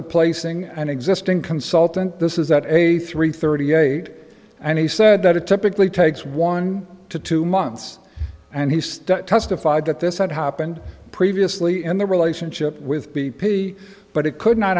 replacing an existing consultant this is that a three thirty eight and he said that it typically takes one to two months and he's testified that this had happened previously in the relationship with b p but it could not